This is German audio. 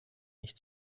nicht